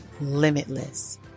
limitless